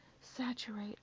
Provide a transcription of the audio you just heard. saturate